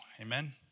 Amen